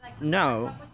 no